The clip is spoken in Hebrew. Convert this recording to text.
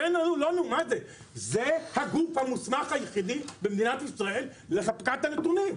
זה הגוף המוסמך היחידי במדינת ישראל לאספקת הנתונים,